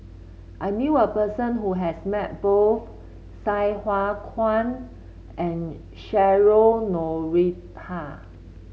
I knew a person who has met both Sai Hua Kuan and Cheryl Noronha